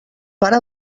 pare